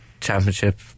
championship